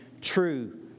true